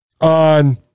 on